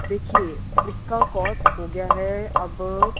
دیکھیے اس کا کوسٹ ہو گیا ہے اب